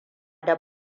da